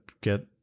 get